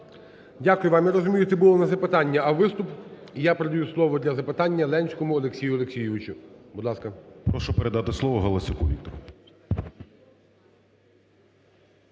Дякую вам. Я розумію, це було не запитання, а виступ. І я передаю слово для запитання Ленському Олексію Олексійовичу, будь ласка. 12:57:26 ЛЕНСЬКИЙ О.О. Прошу передати слово Галасюку Віктору.